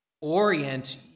orient